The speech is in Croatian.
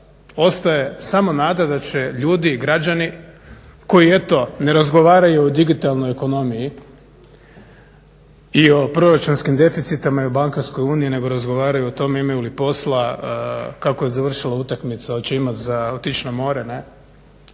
ostaje samo nada da će ljudi, građani, koji eto, ne razgovaraju o digitalnoj ekonomiji i o proračunskim deficitima i o bankarskoj uniji nego razgovaraju o tome imaju li posla, kako je završila utakmica, hoće imati za otić na more,